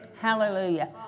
Hallelujah